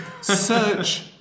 search